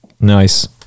Nice